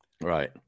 Right